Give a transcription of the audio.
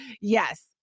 Yes